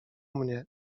mnie